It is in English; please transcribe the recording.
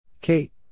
Kate